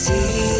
See